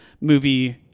movie